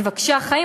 מבקשי החיים,